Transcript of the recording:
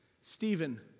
Stephen